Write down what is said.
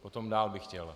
Potom dál bych chtěl.